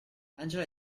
angela